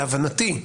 להבנתי,